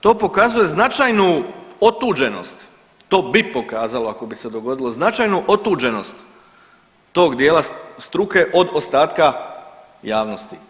To pokazuje značajnu otuđenost, to bi pokazalo ako bi se dogodilo značajnu otuđenost tog dijela struke od ostatka javnosti.